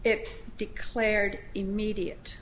it declared immediate